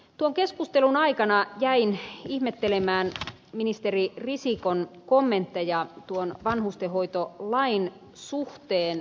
tuon keskustelun aikana jäin ihmettelemään ministeri risikon kommentteja vanhustenhoitolain suhteen